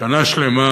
שנה שלמה,